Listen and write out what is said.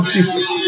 Jesus